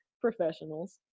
Professionals